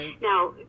Now